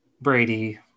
Brady